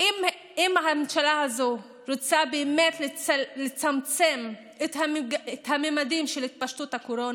אם הממשלה הזאת רוצה באמת לצמצם את הממדים של התפשטות הקורונה,